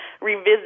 revisit